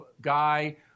guy